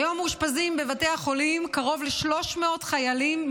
היום מאושפזים בבתי החולים קרוב ל-300 חיילים,